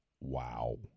wow